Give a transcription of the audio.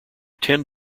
ten